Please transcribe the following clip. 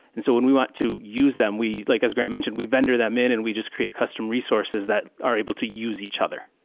and so when we want to use them, like as grant mentioned, we vendor them in and we just create custom resources that are able to use each other.